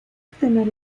obtener